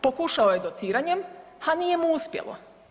Pokušao je dociranjem, a nije mu uspjelo.